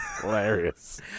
hilarious